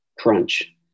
crunch